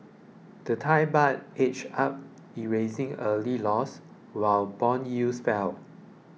the Thai Baht edged up erasing early losses while bond yields fell